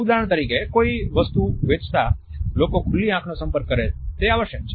ઉદાહરણ તરીકે કે કોઈ વસ્તુ વેચતા લોકો ખુલ્લી આંખનો સંપર્ક કરે તે આવશ્યક છે